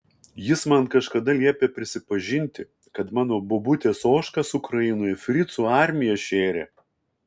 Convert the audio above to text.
jis man kažkada liepė prisipažinti kad mano bobutės ožkas ukrainoje fricų armija šėrė